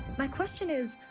my question is,